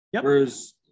Whereas